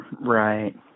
Right